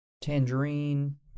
Tangerine